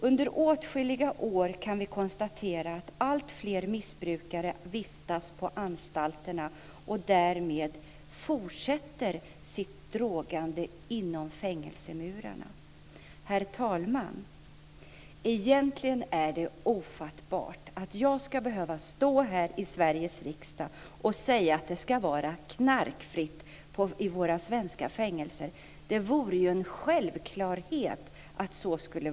Under åtskilliga år har vi kunnat konstatera att alltfler missbrukare vistas på anstalterna och därmed fortsätter sitt drogande inom fängelsemurarna. Herr talman! Egentligen är det ofattbart att jag ska behöva stå här i Sveriges riksdag och säga att det ska vara knarkfritt i våra svenska fängelser. Det borde vara en självklarhet.